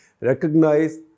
recognize